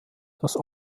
das